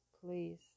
please